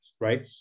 right